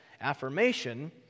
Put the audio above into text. affirmation